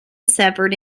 suffered